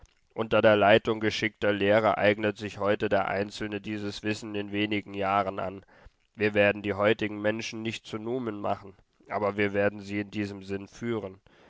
unter der leitung geschickter lehrer eignet sich heute der einzelne dieses wissen in wenigen jahren an wir werden die heutigen menschen nicht zu numen machen aber wir werden sie in diesem sinn führen